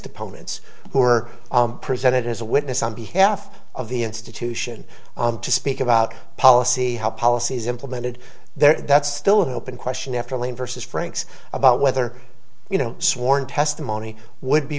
departments who are presented as a witness on behalf of the institution to speak about policy how policies implemented there that's still an open question after a lame versus franks about whether you know sworn testimony would